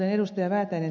kuten ed